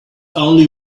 only